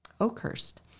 Oakhurst